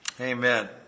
Amen